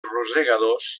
rosegadors